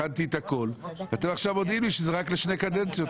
הכנתי את הכול ואתם עכשיו מודיעים לי שזה רק לשתי קדנציות.